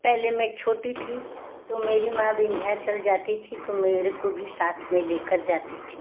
पहले मैं छोटी थी तो मेरी माँ विंध्याचल जाती थी तो मेरे को भी साथ में लेकर जाती थी